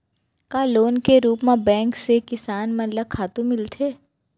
का लोन के रूप मा बैंक से किसान मन ला खातू मिलथे?